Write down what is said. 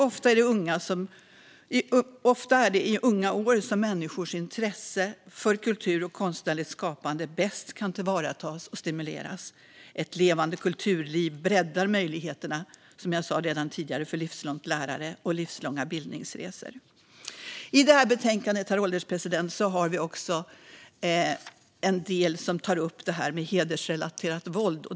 Ofta är det i unga år som människors intresse för kultur och konstnärligt skapande bäst kan tillvaratas och stimuleras. Ett levande kulturliv breddar möjligheterna, som jag redan tidigare sa, för livslångt lärande och livslånga bildningsresor. Herr ålderspresident! I detta betänkande har vi också en del som tar upp hedersrelaterat våld.